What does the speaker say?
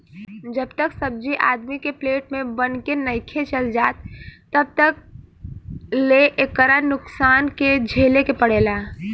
जब तक सब्जी आदमी के प्लेट में बन के नइखे चल जात तब तक ले एकरा नुकसान के झेले के पड़ेला